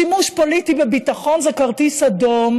שימוש פוליטי בביטחון זה כרטיס אדום